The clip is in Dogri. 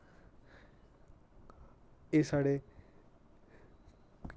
एह् साढ़े